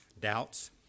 doubts